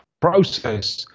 process